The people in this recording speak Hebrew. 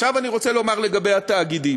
עכשיו אני רוצה לומר לגבי התאגידים.